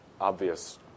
obvious